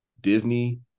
disney